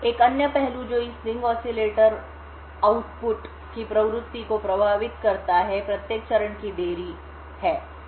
एक अन्य पहलू जो इस रिंग ऑसिलेटर उत्पादन की आवृत्ति को प्रभावित करता है प्रत्येक चरण की देरी है